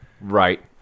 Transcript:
Right